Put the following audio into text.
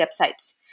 websites